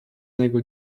nego